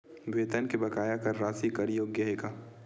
वेतन के बकाया कर राशि कर योग्य हे का?